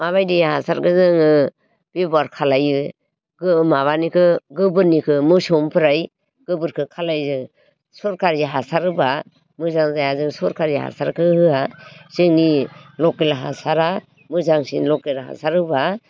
माबादि हासारखौ जोङो बेबहार खालामो माबानिखौ गोबोरनिखौ मोसौनिफ्राय गोबोरखौ खालामो सरखारि हासार होबा मोजां जाया जों सरखारि हासारखौ होआ जोंनि लकेल हासारा मोजांसिन लकेल हासार होबा